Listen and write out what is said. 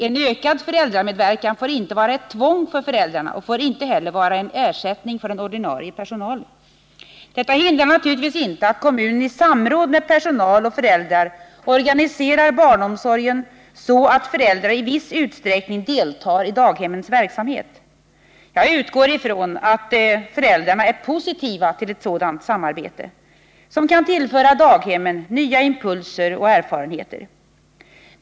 En ökad föräldramedverkan får inte vara ett tvång för föräldrarna och får inte heller vara en ersättning för den ordinarie personalen. Detta hindrar naturligtvis inte att kommunen i samråd med personal och föräldrar organiserar barnomsorgen så, att föräldrar i viss utsträckning deltar i daghemmens verksamhet. Jag utgår från att föräldrarna är positiva till ett sådant samarbete som kan tillföra daghemmen nya impulser och erfarenheter.